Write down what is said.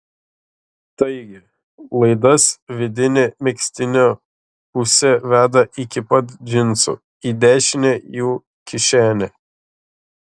taigi laidas vidine megztinio puse veda iki pat džinsų į dešinę jų kišenę